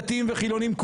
בדתיים ובחילוניים,